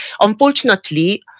unfortunately